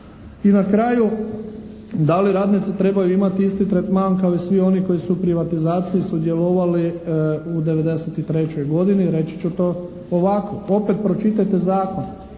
I na kraju, da li radnici trebaju imati isti tretman kao i svi oni koji su u privatizaciji sudjelovali u 93. godini. Reći ću to ovako. Opet pročitajte Zakon.